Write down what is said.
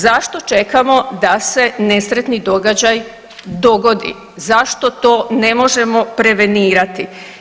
Zašto čekamo da se nesretni događaj dogodi, zašto to ne možemo prevenirati?